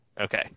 Okay